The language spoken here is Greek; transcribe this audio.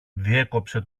διέκοψε